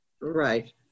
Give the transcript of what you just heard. Right